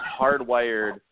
hardwired